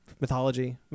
mythology